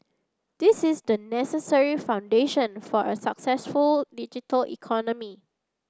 this is the necessary foundation for a successful digital economy